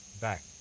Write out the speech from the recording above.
back